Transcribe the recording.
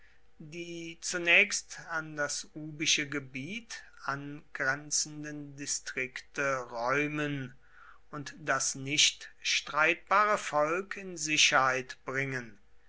die zunächst an das ubische gebiet angrenzenden distrikte räumen und das nicht streitbare volk in sicherheit bringen